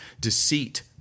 deceit